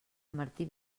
martí